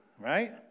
right